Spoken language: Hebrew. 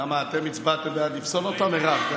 למה, אתם הצבעתם בעד לפסול אותם, מירב?